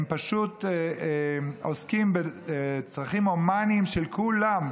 פשוט עוסקים בצרכים הומניים של כולם,